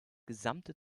gesamte